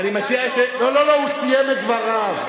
לא, הוא סיים את דבריו.